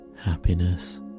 Happiness